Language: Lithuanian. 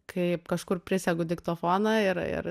kaip kažkur prisegu diktofoną ir ir